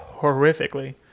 horrifically